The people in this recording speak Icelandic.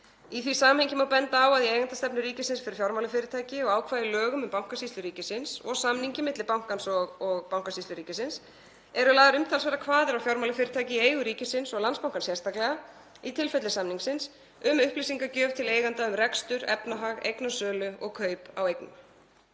Í því samhengi má benda á að í eigendastefnu ríkisins fyrir fjármálafyrirtæki og ákvæði í lögum um Bankasýslu ríkisins og samningi milli bankans og Bankasýslu ríkisins eru lagðar umtalsverðar kvaðir á fjármálafyrirtæki í eigu ríkisins og Landsbankann sérstaklega, í tilfelli samningsins, um upplýsingagjöf til eiganda um rekstur, efnahag og eignasölu eða kaup á eignum.